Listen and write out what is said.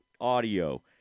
audio